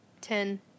Ten